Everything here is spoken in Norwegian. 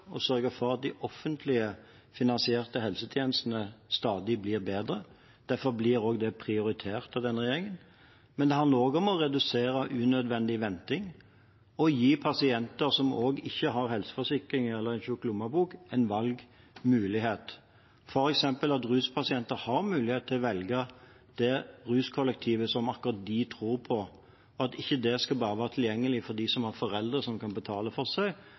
å sørge for at de offentlig finansierte helsetjenestene stadig blir bedre. Derfor blir det prioritert av denne regjeringen. Det handler også om å redusere unødvendig venting og å gi pasienter som ikke har helseforsikring eller en tykk lommebok, en valgmulighet, f.eks. at ruspasienter har mulighet til å velge akkurat det ruskollektivet som de tror på, og at det ikke skal være tilgjengelig for bare dem som har foreldre som kan betale for seg,